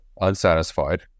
unsatisfied